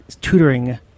tutoring